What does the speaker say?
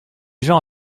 gens